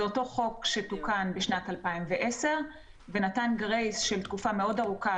זה אותו חוק שתוקן בשנת 2010 ונתן גרייס של תקופה מאוד ארוכה